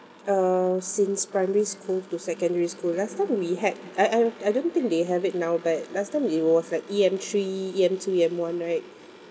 uh since primary school to secondary school last time we had I I I don't think they have it now but last time it was like E_M three E_M two E_M one right